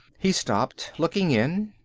he stopped, looking in.